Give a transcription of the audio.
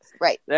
right